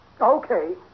Okay